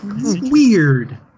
Weird